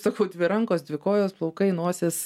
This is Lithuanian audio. sakau dvi rankos dvi kojos plaukai nosis